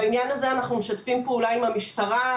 בעניין הזה אנחנו משתפים פעולה עם המשטרה,